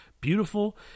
Beautiful